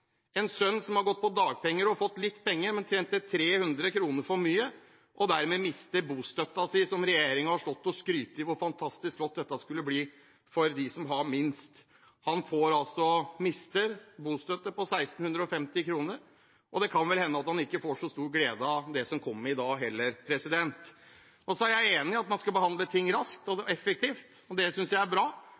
en sønn som hadde gått på dagpenger, og fått litt penger, men som tjente 300 kr for mye og dermed mister bostøtten sin, som regjeringen har stått og skrytt av hvor fantastisk flott skulle bli for dem som har minst. Han mister bostøtten på 1 650 kr, og det kan vel hende at han ikke får så stor glede av det som kom i dag, heller. Så er jeg enig i at man skal behandle ting raskt og effektivt – det synes jeg er bra